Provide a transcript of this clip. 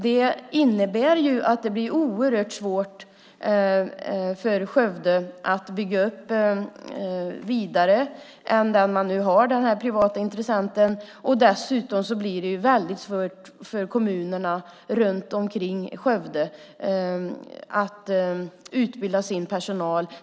Det innebär att det blir oerhört svårt för Skövde att bygga upp vidare än det man nu har när det gäller den privata intressenten. Dessutom blir det svårt för kommunerna runt omkring Skövde att utbilda sin personal.